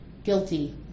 Guilty